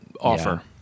offer